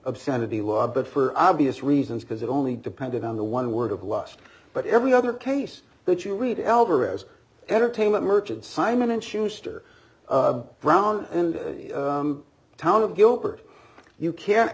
obscenity law but for obvious reasons because it only depended on the one word of lost but every other case that you read alvarez entertainment merchants simon and schuster brown and town of gilbert you can't